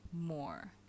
more